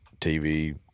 TV